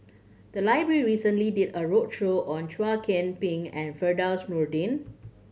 the library recently did a roadshow on Chow Ping and Firdaus Nordin